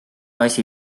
asi